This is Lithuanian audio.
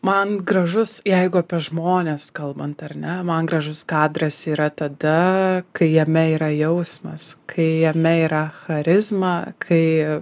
man gražus jeigu apie žmones kalbant ar ne man gražus kadras yra tada kai jame yra jausmas kai jame yra charizma kai